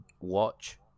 watch